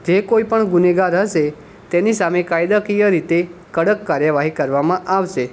જે કોઈ પણ ગુનેગાર હશે તેની સામે કાયદાકીય રીતે કડક કાર્યવાહી કરવામાં આવશે